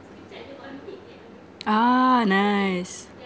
ah nice